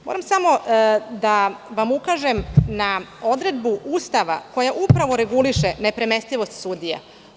Moram samo da vam ukažem na odredbu Ustava koja reguliše nepremestivost sudija.